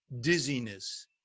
dizziness